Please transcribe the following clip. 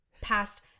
Past